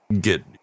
get